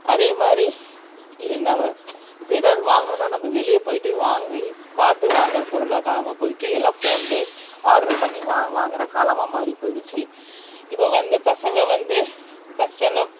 அதே மாதிரி என்ன இப்போ எதாவது வாங்கணுன்னால் நம்ம வெளியே போய்விட்டு வாங்கி பார்த்து வாங்கிற பொருளை காலமாக போய்விட்டு எல்லாம் ஃபோனிலே ஆட்ரு பண்ணி வா வாங்கிற காலமாக மாறி போயிடுச்சு இப்போ வந்த பசங்கள் வந்து ஃபஸ்ட்டெல்லாம்